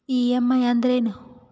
EMI ಅಂದ್ರೇನು?